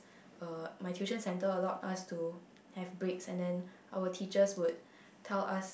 uh my tuition center allowed us to have breaks and then our teachers would tell us